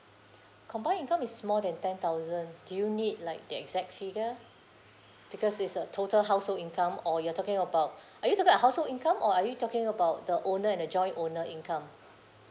combine income is more than ten thousand do you need like the exact figure because it's a total household income or you're talking about are you talking at household income or are you talking about the owner and a joint owner income